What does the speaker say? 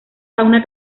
fauna